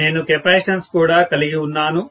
ఇప్పుడు నేను కెపాసిటన్స్ కూడా కలిగి ఉన్నాను